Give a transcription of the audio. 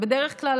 בדרך כלל,